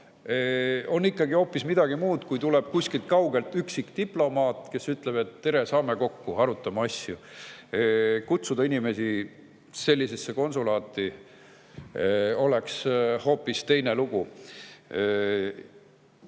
on ikkagi hoopis midagi muud kui see, et tuleb kuskilt kaugelt üksik diplomaat, kes ütleb, et tere, saame kokku, arutame asju. Kui saaks kutsuda inimesi sellisesse konsulaati, siis oleks hoopis teine lugu.